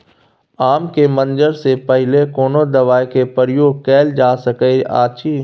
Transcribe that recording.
आम के मंजर से पहिले कोनो दवाई के प्रयोग कैल जा सकय अछि?